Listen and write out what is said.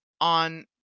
on